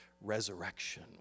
resurrection